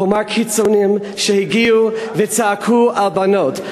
הוא אמר: קיצונים שהגיעו וצעקו על בנות.